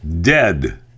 dead